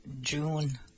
June